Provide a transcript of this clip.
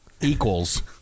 equals